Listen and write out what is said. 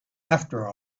after